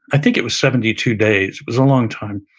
i think it was seventy two days, it was a long time.